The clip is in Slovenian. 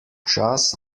čas